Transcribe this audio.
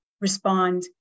respond